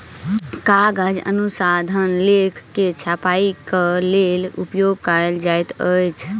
कागज अनुसंधान लेख के छपाईक लेल उपयोग कयल जाइत अछि